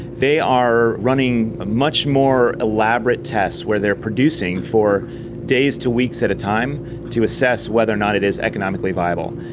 they are running a much more elaborate test where they are producing for days to weeks at a time to assess whether or not it is economically viable.